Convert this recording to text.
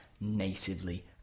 natively